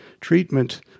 treatment